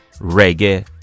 Reggae